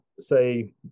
say